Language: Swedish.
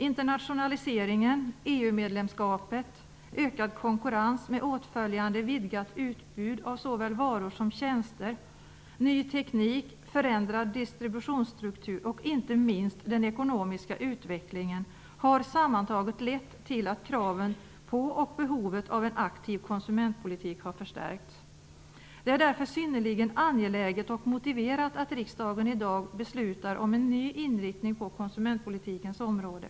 Internationaliseringen, EU medlemskapet, ökad konkurrens med åtföljande vidgat utbud av såväl varor som tjänster, ny teknik, förändrad distributionsstruktur och inte minst den ekonomiska utvecklingen har sammantaget lett till att kraven på och behovet av en aktiv konsumentpolitik har förstärkts. Det är därför synnerligen angeläget och motiverat att riksdagen i dag beslutar om en ny inriktning på konsumentpolitikens område.